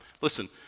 Listen